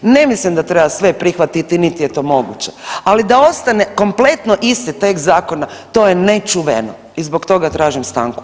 Ne mislim da treba sve prihvatiti, niti je to moguće, ali da ostane kompletno isti tekst zakona to je nečuveno i zbog toga tražim stanku.